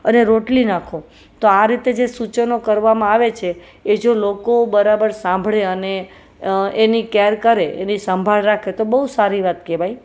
અને રોટલી નાખો તો આ રીતે જે સૂચનો કરવામાં આવે છે એ જો લોકો બરાબર સાંભળે અને એની કેર કરે એની સંભાળ રાખે તો બહુ સારી વાત કહેવાય